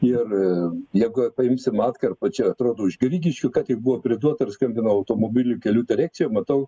ir jeigu paimsim atkarpą čia atrodo už grigiškių ką tik buvo priduota ir skambinau automobilių kelių direkcija matau